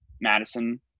Madison